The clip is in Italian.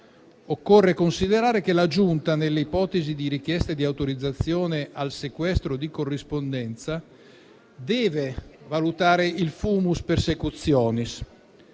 Occorre considerare che la Giunta, nelle ipotesi di richieste di autorizzazione al sequestro di corrispondenza, deve valutare il *fumus persecutionis*.